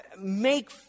make